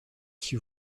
qui